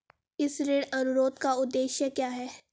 इस ऋण अनुरोध का उद्देश्य क्या है?